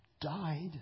died